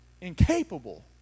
incapable